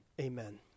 amen